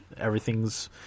everything's